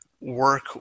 work